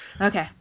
Okay